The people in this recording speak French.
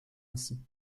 ainsi